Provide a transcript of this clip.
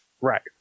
Right